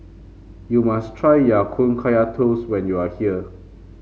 you must try Ya Kun Kaya Toast when you are here